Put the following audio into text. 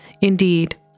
Indeed